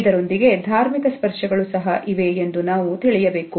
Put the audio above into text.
ಇದರೊಂದಿಗೆ ಧಾರ್ಮಿಕ ಸ್ಪರ್ಶಗಳು ಸಹ ಇವೆ ಎಂದು ನಾವು ತಿಳಿಯಬೇಕು